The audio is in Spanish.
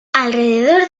alrededor